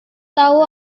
tahu